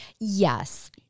Yes